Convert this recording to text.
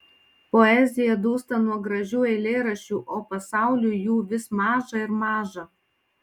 poezija dūsta nuo gražių eilėraščių o pasauliui jų vis maža ir maža